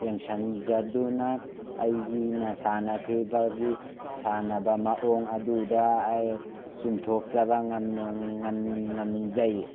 ꯌꯦꯡꯁꯟꯖꯗꯨꯅ ꯑꯩꯒꯤꯅ ꯁꯥꯟꯅꯈ꯭ꯔꯤꯕꯒꯤ ꯁꯥꯟꯅꯕ ꯃꯑꯣꯡ ꯑꯗꯨꯗ ꯑꯩ ꯆꯨꯝꯊꯣꯛꯆꯕ ꯉꯝꯖꯩ